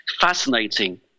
fascinating